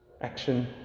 action